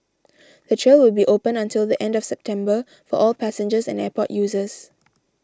the trail will be open until the end of September for all passengers and airport users